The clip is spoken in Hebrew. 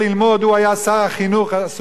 הוא היה שר החינוך הסובייטי.